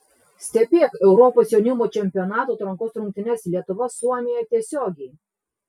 stebėk europos jaunimo čempionato atrankos rungtynes lietuva suomija tiesiogiai